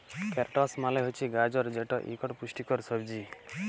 carrots মালে হছে গাজর যেট ইকট পুষ্টিকর সবজি